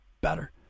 better